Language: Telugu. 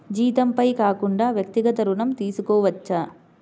జీతంపై కాకుండా వ్యక్తిగత ఋణం తీసుకోవచ్చా?